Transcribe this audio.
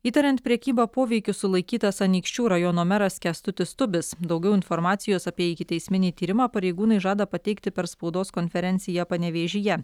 įtariant prekyba poveikiu sulaikytas anykščių rajono meras kęstutis tubis daugiau informacijos apie ikiteisminį tyrimą pareigūnai žada pateikti per spaudos konferenciją panevėžyje